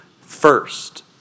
first